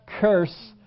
curse